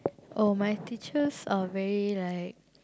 oh my teachers are very like